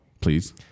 Please